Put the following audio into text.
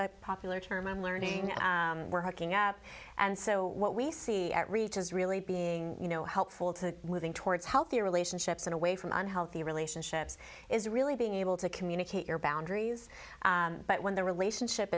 a popular term and learning we're hooking up and so what we see at reach is really being you know helpful to moving towards healthier relationships and away from unhealthy relationships is really being able to communicate your boundaries but when the relationship